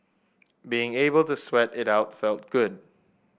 being able to sweat it out felt good